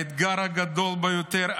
האתגר הגדול ביותר,